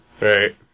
Right